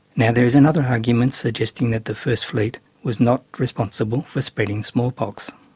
now there is another argument suggesting that the first fleet was not responsible for spreading smallpox.